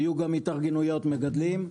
היו גם התארגנויות מגדלים,